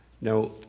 Now